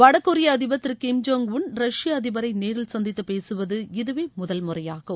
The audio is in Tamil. வடகொரிய அதிபர் திரு கிம் ஜோங் உன் ரஷ்ய அதிபரை நேரில் சந்தித்து பேசுவது இதுவே முதல் முறையாகும்